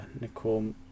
Nicole